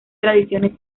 tradiciones